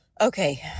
Okay